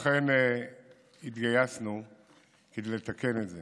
לכן התגייסנו כדי לתקן את זה,